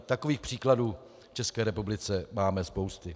Takových příkladů v České republice máme spousty.